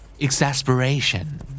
Exasperation